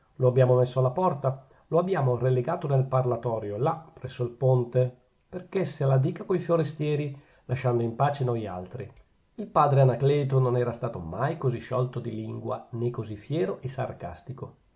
lo abbiamo messo alla porta lo abbiamo relegato nel parlatorio là presso al ponte perchè se la dica coi forestieri lasciando in pace noi altri il padre anacleto non era stato mai così sciolto di lingua nè così fiero e sarcastico